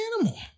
animal